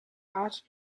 art